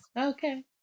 Okay